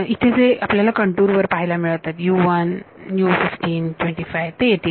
इथे जे आपल्याला कंटूर वर पाहायला मिळत आहेत ते येतील